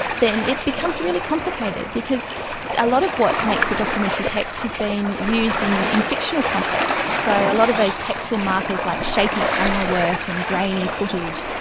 then it becomes really complicated because a lot of what makes the documentary text has been used in in fictional contexts. so a lot of those textual markers, like shaky camerawork and grainy footage,